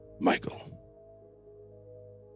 Michael